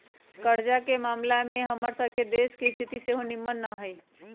कर्जा के ममला में हमर सभ के देश के स्थिति सेहो निम्मन न हइ